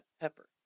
pepper